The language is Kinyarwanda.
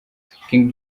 king